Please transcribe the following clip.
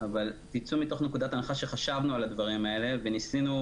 אבל תצאו מתוך נקודת הנחה שחשבנו על הדברים האלה וניסינו